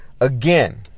Again